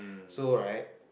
so right